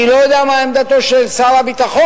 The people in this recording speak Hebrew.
אני לא יודע מה עמדתו של שר הביטחון.